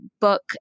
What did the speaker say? book